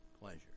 pleasure